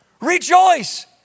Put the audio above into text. Rejoice